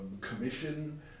commission